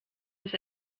ist